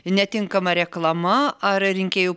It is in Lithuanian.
netinkama reklama ar rinkėjų